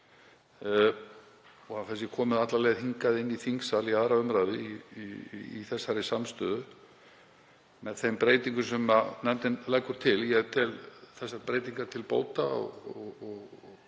að það sé komið alla leið hingað inn í þingsal í 2. umr. í þessari samstöðu, með þeim breytingum sem nefndin leggur til. Ég tel þessar breytingar til bóta og